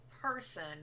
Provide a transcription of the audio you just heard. person